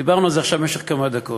דיברנו על זה עכשיו במשך כמה דקות: